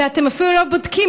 ואתם אפילו לא בודקים,